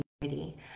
community